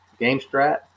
GameStrat